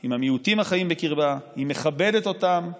עם המיעוטים החיים בקרבה, מכבדת אותם מאוד,